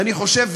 ואני חושב,